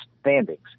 standings